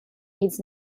needs